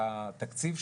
של התוספת, של